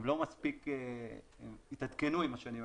לא מספיק התעדכנו עם השנים.